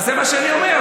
זה מה שאני אומר,